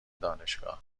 دانشگاه